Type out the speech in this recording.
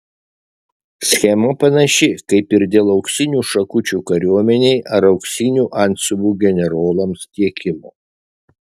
schema panaši kaip ir dėl auksinių šakučių kariuomenei ar auksinių antsiuvų generolams tiekimo